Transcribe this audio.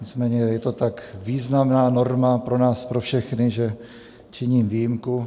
Nicméně je to tak významná norma pro nás pro všechny, že činím výjimku.